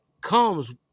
comes